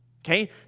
Okay